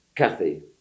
Kathy